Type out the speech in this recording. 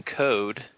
code